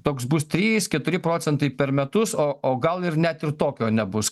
toks bus trys keturi procentai per metus o o gal ir net ir tokio nebus